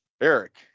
Eric